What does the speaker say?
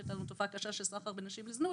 אז הייתה לנו תופעה קשה של סחר בנשים לזנות,